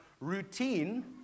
routine